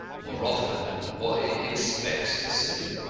more often what it expects to see.